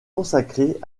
consacrée